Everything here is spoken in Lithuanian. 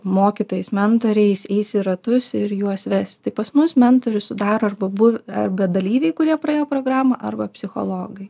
mokytojais mentoriais eis į ratus ir juos vesti pas mus mentorius sudaro arba abu arba dalyviai kurie praėjo programą arba psichologai